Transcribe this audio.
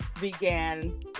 began